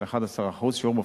של 11%. שיעור מופחת,